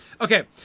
okay